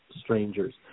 strangers